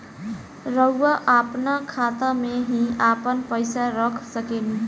रउआ आपना खाता में ही आपन पईसा रख सकेनी